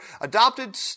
adopted